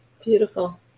beautiful